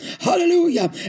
hallelujah